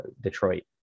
Detroit